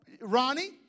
Ronnie